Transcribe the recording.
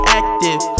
active